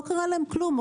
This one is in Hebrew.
לא קרה להם כלום,